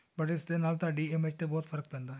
but ਇਸ ਦੇ ਨਾਲ ਤੁਹਾਡੀ ਇਮੇਜ 'ਤੇ ਬਹੁਤ ਫ਼ਰਕ ਪੈਂਦਾ ਹੈ